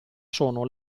sono